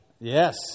Yes